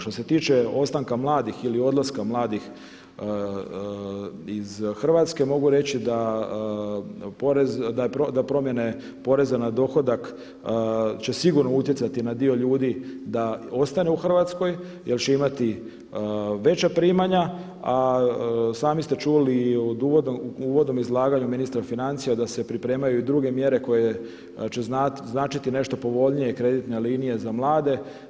Što se tiče ostanka mladih ili odlaska mladih iz Hrvatske mogu reći da je promjene poreza na dohodak će sigurno utjecati na dio ljudi da ostane u Hrvatskoj jel će imati veća primanja, a sami ste čuli u uvodnom izlaganju ministra financija da se pripremaju i druge mjere koje će značiti nešto povoljnije kreditne linije za mlade.